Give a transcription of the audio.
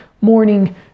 morning